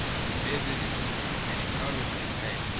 he visited and encouraged his men,